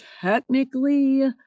technically